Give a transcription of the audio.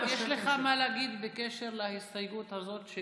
גלעד, יש לך מה להגיד בקשר להסתייגות הזאת של